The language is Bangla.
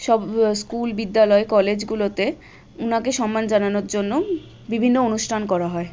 সব স্কুল বিদ্যালয় কলেজগুলোতে ওনাকে সম্মান জানানোর জন্য বিভিন্ন অনুষ্ঠান করা হয়